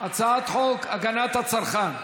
חוק הגנת הצרכן.